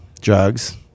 drugs